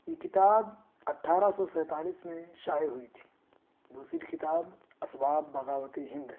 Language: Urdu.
یہ کتاب اٹھارہ سو سینتالیس میں شائع ہوئی تھی دوسری کتاب اسباب بغاوت ہند ہے